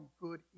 good